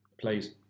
please